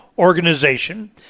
organization